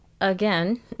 again